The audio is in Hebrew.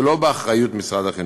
ולא באחריות משרד החינוך.